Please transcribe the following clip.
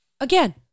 again